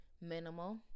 minimal